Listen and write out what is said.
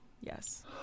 Yes